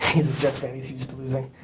he's a jets fan, he's used to losing.